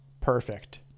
perfect